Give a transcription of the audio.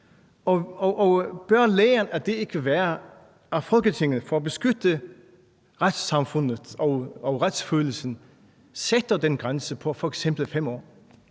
Og bør læren af det ikke være, at Folketinget for at beskytte retssamfundet og retsfølelsen sætter den grænse på f.eks. 5 år?